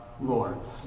Lord's